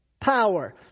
power